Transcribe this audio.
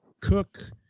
cook